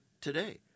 today